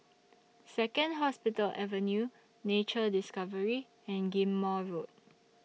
Second Hospital Avenue Nature Discovery and Ghim Moh Road